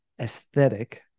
aesthetic